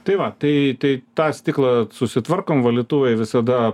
tai va tai tai tą stiklą susitvarkom valytuvai visada